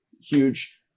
huge